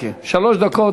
שלוש דקות